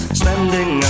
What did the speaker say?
spending